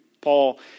Paul